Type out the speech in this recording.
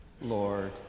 Lord